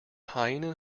hyena